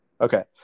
Okay